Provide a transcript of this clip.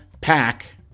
pack